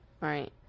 right